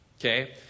Okay